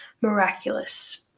miraculous